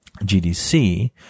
GDC